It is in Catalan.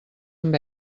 amb